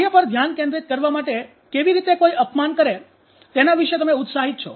કાર્ય પર ધ્યાન કેન્દ્રિત કરવા માટે કેવી રીતે કોઈ અપમાન કરે તેના વિશે તમે ઉત્સાહિત છો